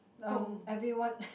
um everyone